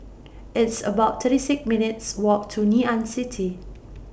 It's about thirty six minutes' Walk to Ngee Ann City